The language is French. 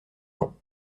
laon